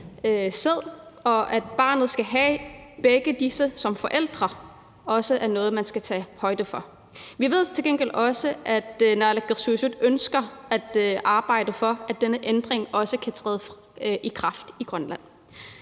at begge to kan blive registreret som forældre. Det er også noget, man skal tage højde for. Vi ved til gengæld også, at naalakkersuisut ønsker at arbejde for, at denne ændring også kan træde i kraft i Grønland.